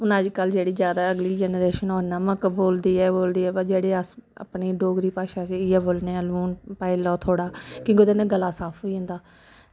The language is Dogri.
हून अजकल्ल जेह्ड़ी जादै अगली जनरेशन ओह् नमक बोलदी ऐ व जेह्ड़े अस अपनी डोगरी भाशा च इ'यै बोलने आं लून पाई लैओ थोह्ड़ा क्योंकि ओह्दै नै गला साफ होई जंदा